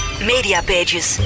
MediaPages